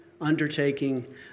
undertaking